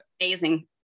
amazing